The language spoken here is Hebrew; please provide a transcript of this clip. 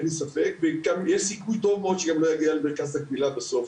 יש גם סיכוי טוב מאוד שהוא לא יגיע למרכז הגמילה בסוף.